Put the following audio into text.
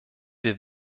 wir